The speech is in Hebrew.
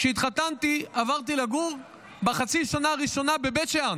כשהתחתנתי עברתי לגור בחצי השנה הראשונה בבית שאן.